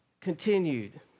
Continued